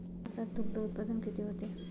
भारतात दुग्धउत्पादन किती होते?